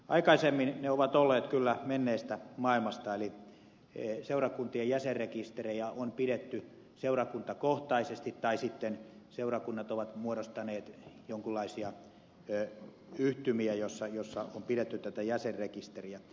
aikaisemmin ne ovat olleet kyllä menneestä maailmasta eli seurakuntien jäsenrekistereitä on pidetty seurakuntakohtaisesti tai sitten seurakunnat ovat muodostaneet jonkunlaisia yhtymiä joissa on pidetty tätä jäsenrekisteriä